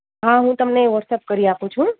હા હું તમને એ વોટ્સએપ કરી આપું છું